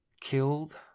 killed